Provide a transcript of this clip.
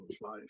life